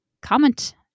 Comment